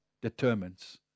determines